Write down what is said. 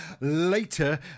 later